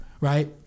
right